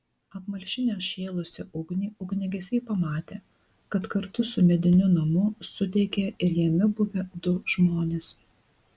apmalšinę šėlusią ugnį ugniagesiai pamatė kad kartu su mediniu namu sudegė ir jame buvę du žmonės